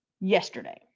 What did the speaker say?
yesterday